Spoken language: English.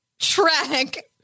track